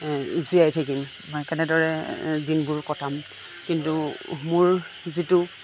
জীয়াই থাকিম মই কেনেদৰে দিনবোৰ কটাম কিন্তু মোৰ যিটো